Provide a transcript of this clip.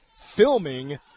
filming